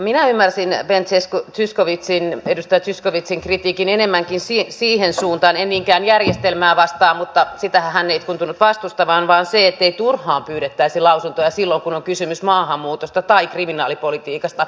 minä ymmärsin edustaja zyskowiczin kritiikin enemmänkin siihen suuntaan en niinkään järjestelmää vastaan mutta sitähän hän ei tuntunut vastustavan vaan niin ettei turhaan pyydettäisi lausuntoja silloin kun on kysymys maahanmuutosta tai kriminaalipolitiikasta